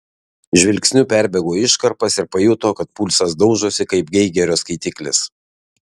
žvilgsniu perbėgo iškarpas ir pajuto kad pulsas daužosi kaip geigerio skaitiklis